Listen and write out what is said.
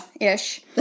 ish